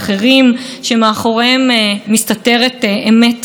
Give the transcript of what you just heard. אני בדרך כלל נוהגת פחות בפופוליסטיות.